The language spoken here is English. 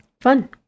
Fun